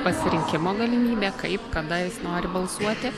pasirinkimo galimybė kaip kada jis nori balsuoti